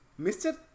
Mr